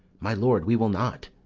my lord, we will not.